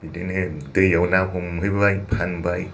बिदिनो दैयाव ना हमहैबाय फानबाय